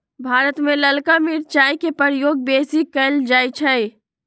भारत में ललका मिरचाई के प्रयोग बेशी कएल जाइ छइ